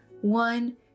One